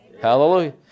Hallelujah